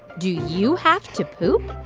do you have to poop?